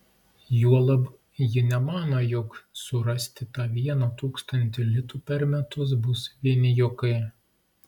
juolab ji nemano jog surasti tą vieną tūkstantį litų per metus bus vieni juokai